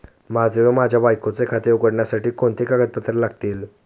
माझे व माझ्या बायकोचे खाते उघडण्यासाठी कोणती कागदपत्रे लागतील?